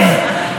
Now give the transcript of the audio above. המכה,